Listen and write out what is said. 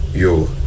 yo